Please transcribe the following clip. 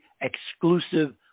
exclusive